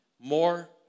more